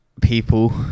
people